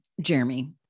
Jeremy